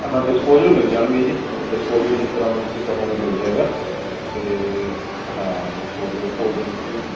ਹਾਂ ਡਿਸਪੋਜਲ ਮਿਲ ਜਾਣਗੇ ਜੀ ਡਿਸਪੋਜਲ ਜਿਸ ਤਰ੍ਹਾਂ ਦਾ ਤੁਸੀਂ ਕਹੋਗੇ ਮਿਲ ਜਾਏਗਾ ਤੇ ਹਾਂ ਡਿਸਪੋਜਲ ਕੋਲਡਰਿੰਕ ਵੀ